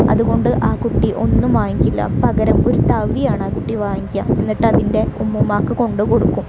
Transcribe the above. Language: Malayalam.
അതുകൊണ്ട് ആ കുട്ടി ഒന്നും വാങ്ങിക്കില്ല പകരം ഒരു തവിയാണ് ആ കുട്ടി വാങ്ങിക്കുക എന്നിട്ട് അതിൻറ്റെ ഉമ്മൂമ്മാക്ക് കൊണ്ടു കൊടുക്കും